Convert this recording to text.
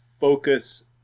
focus